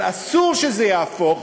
אבל אסור שזה יהפוך